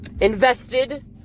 invested